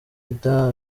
ida